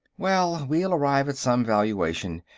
well, we'll arrive at some valuation.